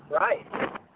right